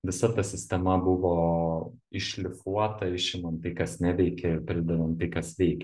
visa ta sistema buvo iššlifuota išimant tai kas neveikia ir pridedant tai kas veikia